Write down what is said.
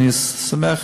אני אשמח.